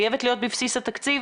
היא חייבת להיות בבסיס התקציב.